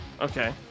Okay